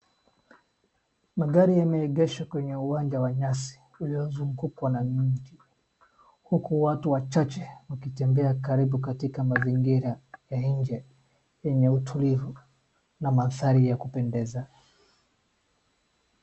Magari yameegeshwa kwenye uwanja wa nyasi uliozungukwa na miti. Huku watu wachache wakitembea karibu katika mazingira ya nje yenye utulivu na mandhari ya kupendeza.